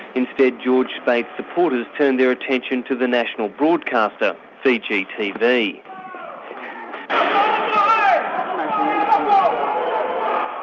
instead george speight's supporters turned their attention to the national broadcaster, fiji tv. um